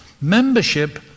Membership